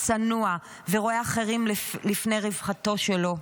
צנוע ורואה אחרים לפני רווחתו שלו.